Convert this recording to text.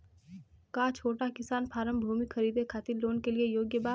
का छोटा किसान फारम भूमि खरीदे खातिर लोन के लिए योग्य बा?